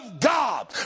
God